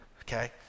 okay